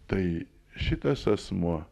tai šitas asmuo